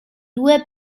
due